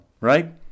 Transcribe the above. right